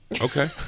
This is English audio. Okay